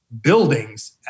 buildings